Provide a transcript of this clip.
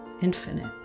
infinite